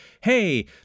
hey